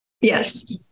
Yes